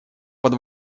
под